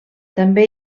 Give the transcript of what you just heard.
també